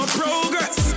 progress